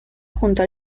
junto